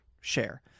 share